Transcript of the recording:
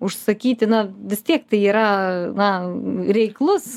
užsakyti na vis tiek tai yra na reiklus